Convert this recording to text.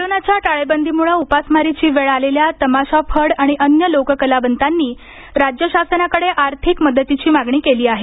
कोरोनाच्या टाळेबंदीम्ळं उपासमारीची वेळ आलेल्या तमाशा फड आणि अन्य लोककलावंतांनी राज्य शासनाकडे आर्थिक मदतीची मागणी केली आहे